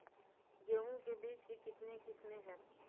गेहूँ के बीज के कितने किसमें है?